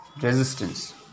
resistance